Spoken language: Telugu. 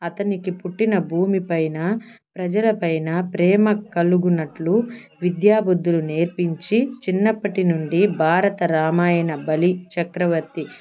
అతనికి పుట్టిన భూమి పైన ప్రజల పైన ప్రేమ కలుగునట్లు విద్యా బుద్ధులు నేర్పించి చిన్నప్పటి నుండి భారత రామాయణ బలిచక్రవర్తి